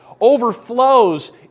overflows